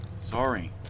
Sorry